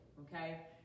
Okay